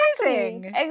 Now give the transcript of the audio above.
amazing